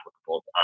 applicable